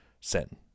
sin